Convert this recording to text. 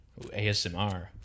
ASMR